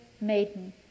maiden